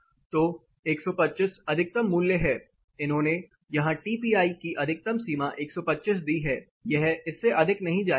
तो 125 अधिकतम मूल्य है इन्होंने यहां TPI की अधिकतम सीमा 125 दी है यह इससे अधिक नहीं जानी चाहिए